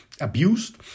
abused